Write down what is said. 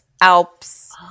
Alps